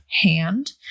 hand